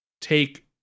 take